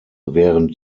während